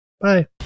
Bye